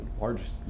largest